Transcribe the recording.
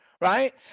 right